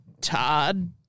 Todd